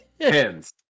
Hands